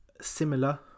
similar